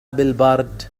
بالبرد